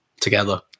together